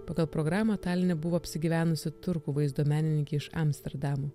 pagal programą taline buvo apsigyvenusi turkų vaizdo menininkė iš amsterdamo